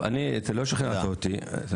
אתה לא שכנעת אותי.